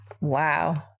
Wow